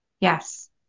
Yes